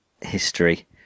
history